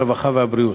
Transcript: הרווחה והבריאות.